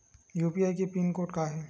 UPI के pin code का हे?